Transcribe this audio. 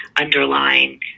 underlying